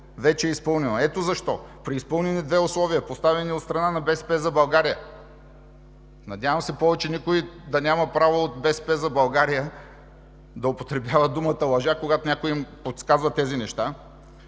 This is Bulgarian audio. вече е изпълнено. Ето защо при изпълнени две условия, поставени от страна на „БСП за България“ - надявам се повече никой от „БСП за България“ да няма право да употребява думата „лъжа“, когато някой им подсказва тези неща,